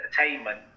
entertainment